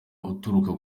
uturuka